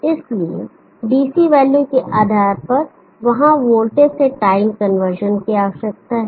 इसलिए DC value के आधार पर वहां वोल्टेज से टाइम कन्वर्जन की आवश्यकता है